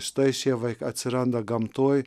štai šie vai atsiranda gamtoj